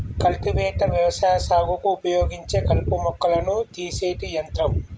cultivator వ్యవసాయ సాగుకు ఉపయోగించే కలుపు మొక్కలను తీసేటి యంత్రం